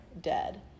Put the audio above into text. dead